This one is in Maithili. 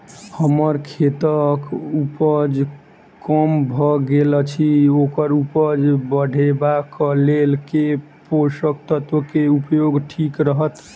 हम्मर खेतक उपज कम भऽ गेल अछि ओकर उपज बढ़ेबाक लेल केँ पोसक तत्व केँ उपयोग ठीक रहत?